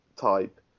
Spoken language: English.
type